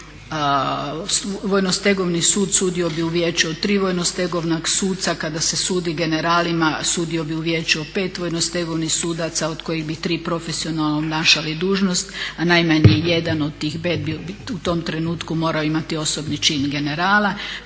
Vojno-stegovni sud sudio bi u vijeću od tri vojno-stegovna suca kada se sudi generalima sudio bi u vijeću od pet vojno-stegovnih sudaca od kojih bi tri profesionalno obnašali dužnost, a najmanje jedan od tih pet bi u tom trenutku morao imati osobni čin generala.